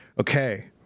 okay